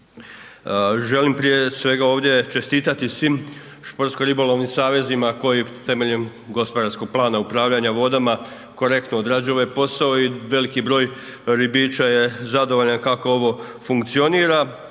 Želim, prije svega ovdje čestitati svim športsko ribolovnim savezima koji temeljem gospodarskog plana upravljanja vodama korektno odrađuju ovaj posao i veliki broj ribiča je zadovoljno kako ovo funkcionira.